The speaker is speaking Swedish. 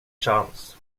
chans